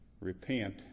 Repent